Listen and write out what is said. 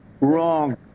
Wrong